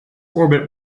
orbit